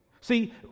See